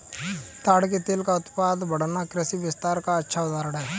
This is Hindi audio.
ताड़ के तेल का उत्पादन बढ़ना कृषि विस्तार का अच्छा उदाहरण है